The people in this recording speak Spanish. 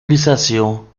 grisáceo